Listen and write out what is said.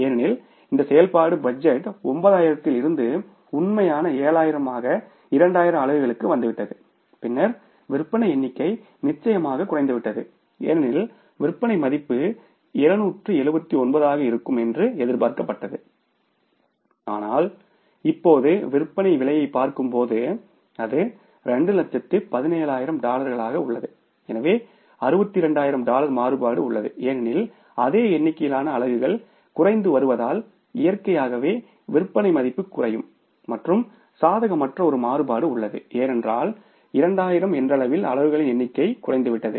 ஏனெனில் இந்த செயல்பாடு பட்ஜெட்டில் 9000 இலிருந்து உண்மையான 7000 ஆக 2000 அலகுகளுக்கு வந்துவிட்டது பின்னர் விற்பனை எண்ணிக்கை நிச்சயமாக குறைந்துவிட்டது ஏனெனில் விற்பனை மதிப்பு 279 ஆக இருக்கும் என்று எதிர்பார்க்கப்பட்டது ஆனால் இப்போது விற்பனை விலையைப் பார்க்கும்போது அது 217000 டாலராக உள்ளது எனவே 62000 டாலர் மாறுபாடு உள்ளது ஏனெனில் அதே எண்ணிக்கையிலான அலகுகள் குறைந்து வருவதால் இயற்கையாகவே விற்பனை மதிப்பு குறையும் மற்றும் சாதகமற்ற ஒரு மாறுபாடு உள்ளது ஏனென்றால் 2000 என்றளவில் அலகுகளின் எண்ணிக்கை குறைந்துவிட்டது